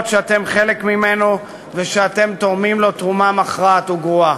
שאתם חלק ממנו ושאתם תורמים לו תרומה מכרעת וגרועה.